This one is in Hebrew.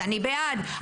אני בעד זה,